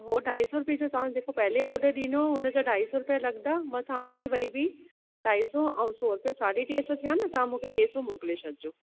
उहो ढाई सौ रुपए जो तव्हां जेको पहले ऑडर ॾिनो हुओ हुनजा ढाई सौ रुपए लॻंदा मां तव्हांखे वरी बि ढाई सौ ऐं सौ रुपए साढी टे सौ थिया न तव्हां मूंखे टे सौ मोकिले छॾिजो